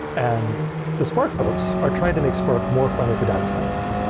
and the spark folks are trying to make spark more friendly for data science.